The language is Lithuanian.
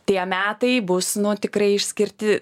tie metai bus nu tikrai išskirti